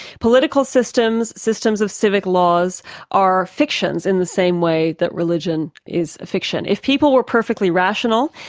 political systems, systems of civic laws are fictions in the same way that religion is a fiction. if people were perfectly rational,